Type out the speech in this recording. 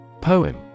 Poem